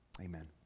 Amen